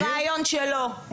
זה מתוך ראיון שלו.